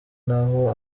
naho